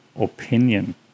opinion